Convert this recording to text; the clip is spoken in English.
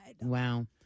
Wow